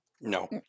No